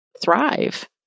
thrive